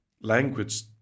language